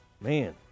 Man